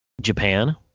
Japan